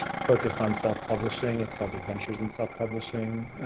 focused on self-publishing. it's called adventures in self-publishing